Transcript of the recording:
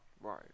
Right